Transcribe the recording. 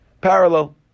parallel